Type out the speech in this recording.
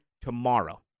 tomorrow